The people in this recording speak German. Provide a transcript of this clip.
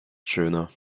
schöner